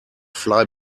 fly